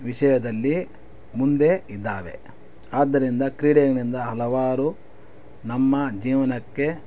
ವಿಷಯದಲ್ಲಿ ಮುಂದೆ ಇದ್ದಾವೆ ಆದ್ದರಿಂದ ಕ್ರೀಡೆಗಳಿಂದ ಹಲವಾರು ನಮ್ಮ ಜೀವನಕ್ಕೆ